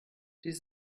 dies